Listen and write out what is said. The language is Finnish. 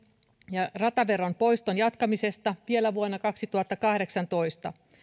ja rataveron poiston jatkamisesta vielä vuonna kaksituhattakahdeksantoista